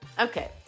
Okay